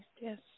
Yes